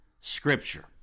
Scripture